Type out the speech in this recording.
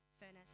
furnace